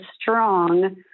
strong